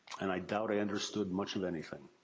and i doubt i understood much of anything.